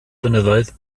blynyddoedd